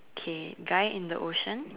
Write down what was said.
okay guy in the ocean